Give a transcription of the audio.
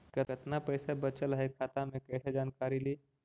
कतना पैसा बचल है खाता मे कैसे जानकारी ली?